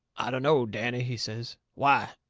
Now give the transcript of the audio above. i dunno, danny, he says. why?